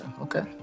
Okay